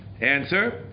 Answer